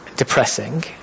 depressing